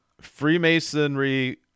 Freemasonry